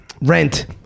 Rent